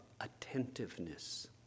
attentiveness